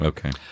Okay